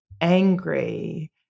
angry